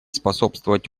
способствовать